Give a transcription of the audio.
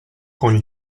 con